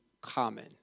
common